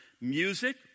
music